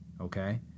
okay